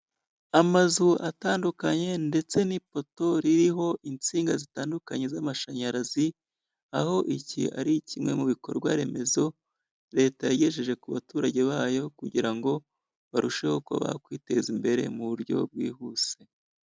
Amazu atandukanye ndetse n'ipoto ririho insinga zitandukanye z'amashanyarazi, aho iki ari kimwe mu bikorwa remezo Leta yagejeje ku baturage bayo kugira ngo barusheho kuba bakwiteza imbere mu buryo bwihuse.